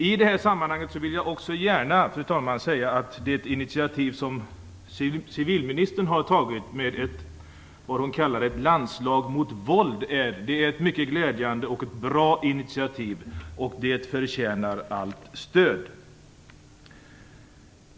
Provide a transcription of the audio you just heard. I det här sammanhanget vill jag också gärna, fru talman, säga att det initiativ som civilministern har tagit med ett landslag mot våld är ett mycket glädjande och bra initiativ som förtjänar allt stöd.